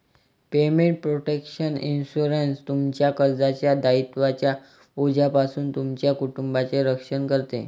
payment protection insurance, तुमच्या कर्जाच्या दायित्वांच्या ओझ्यापासून तुमच्या कुटुंबाचे रक्षण करते